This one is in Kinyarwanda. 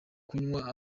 kunywa